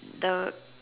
the